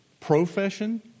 profession